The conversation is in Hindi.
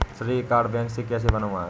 श्रेय कार्ड बैंक से कैसे बनवाएं?